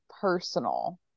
personal